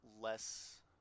less